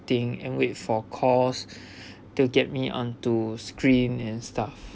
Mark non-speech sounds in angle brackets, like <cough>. acting and wait for calls <breath> to get me onto screen and stuff